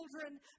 children